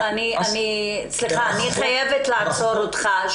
שמוליק, אני חייבת לעצור אותך.